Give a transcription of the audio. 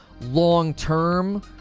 long-term